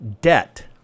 debt